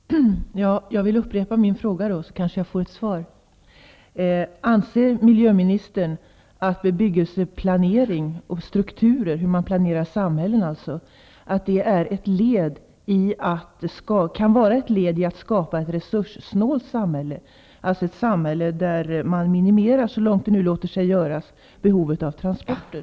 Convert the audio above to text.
Herr talman! Jag vill upprepa min fråga, så att jag kanske får ett svar på den: Anser miljömininstern att bebyggelseplanering och strukturer, alltså hur man planerar samhällen, kan vara ett led i att skapa ett resurssnålt samhälle, där man så långt det låter sig göra minimerar behovet av transporter?